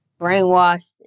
brainwashed